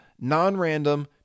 non-random